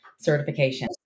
certification